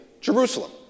Jerusalem